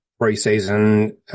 pre-season